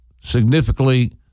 significantly